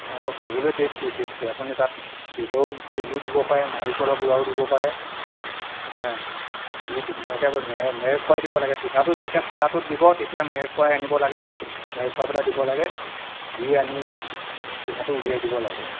অ' খাবলৈ tasty tasty আপুনি তাত তিলো তিলো দিব পাৰে নাৰিকলৰ গুৰাও দিব পাৰে দি ধুনীয়াকৈ মেৰ খুৱাই দিব লাগে পিঠাটো যেতিয়া খোলাটোত দিব তেতিয়া মেৰখুৱাই আনিব লাগে মেৰখুৱাই পেলাই দিব লাগে দি আনি পিঠাটো ওলিয়াই দিব লাগে